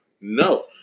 No